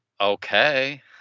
okay